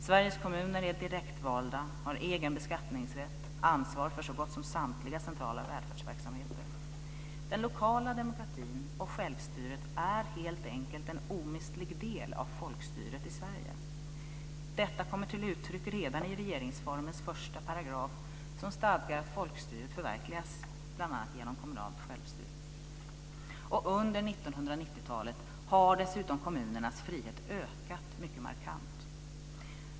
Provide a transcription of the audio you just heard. Sveriges kommuner är direktvalda, har egen beskattningsrätt och ansvar för så gott som samtliga välfärdsverksamheter. Den lokala demokratin och självstyret är helt enkelt en omistlig del av folkstyret i Sverige. Detta kommer till uttryck redan i regeringsformens första paragraf, som stadgar att folkstyret förverkligas bl.a. genom kommunalt självstyre. Under 1990-talet har dessutom kommunernas frihet ökat mycket markant.